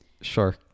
Sure